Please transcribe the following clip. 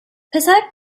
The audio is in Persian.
پسرک